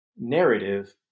narrative